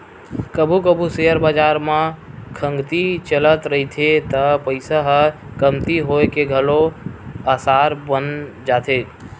कभू कभू सेयर बजार म खंगती चलत रहिथे त पइसा ह कमती होए के घलो असार बन जाथे